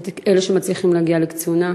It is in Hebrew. את אלה שמצליחים להגיע לקצונה,